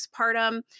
postpartum